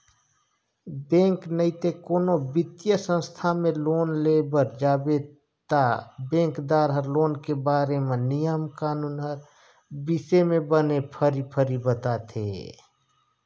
bank नइते कोनो बित्तीय संस्था में लोन लेय बर जाबे ता बेंकदार हर लोन के बारे म नियम कानून कर बिसे में बने फरी फरी बताथे